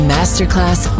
Masterclass